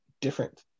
different